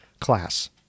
class